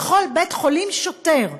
בכל בית-חולים, שוטר,